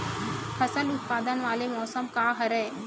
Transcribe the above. फसल उत्पादन वाले मौसम का हरे?